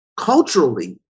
Culturally